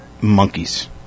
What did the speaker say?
monkeys